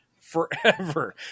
forever